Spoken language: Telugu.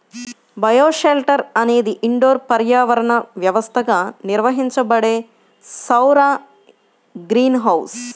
బయోషెల్టర్ అనేది ఇండోర్ పర్యావరణ వ్యవస్థగా నిర్వహించబడే సౌర గ్రీన్ హౌస్